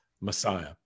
Messiah